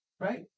right